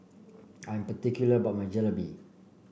I'm particular about my Jalebi